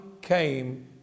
came